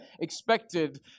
expected